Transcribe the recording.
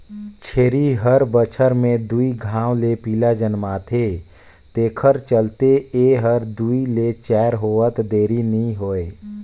छेरी हर बच्छर में दू घांव ले पिला जनमाथे तेखर चलते ए हर दूइ ले चायर होवत देरी नइ होय